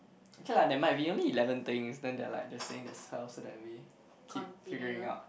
okay lah never mind we only eleven things then they are like just saying themselves so that we keep figuring it out